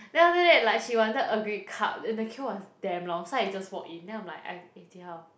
then after that like she wanted earl grey cup and the queue was damn long so I just walk in then I'm like eh Jie Hao